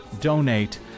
donate